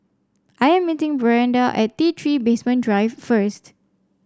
I am meeting Brianda at T Three Basement Drive first